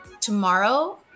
tomorrow